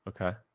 Okay